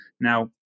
Now